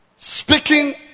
Speaking